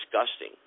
disgusting